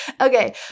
Okay